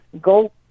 Go